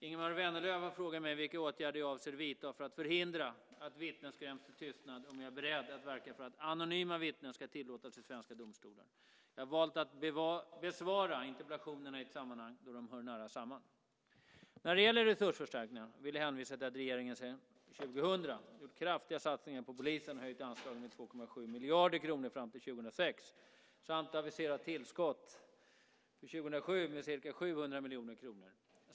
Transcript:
Ingemar Vänerlöv har frågat mig vilka åtgärder jag avser att vidta för att förhindra att vittnen skräms till tystnad och om jag är beredd att verka för att anonyma vittnen ska tillåtas i svenska domstolar. Jag har valt att besvara interpellationerna i ett sammanhang då de hör nära samman. När det gäller resursförstärkningar vill jag hänvisa till att regeringen sedan 2000 gjort kraftiga satsningar på polisen och höjt anslagen med 2,7 miljarder kronor fram till 2006 samt aviserat tillskott för 2007 med ca 700 miljoner kronor.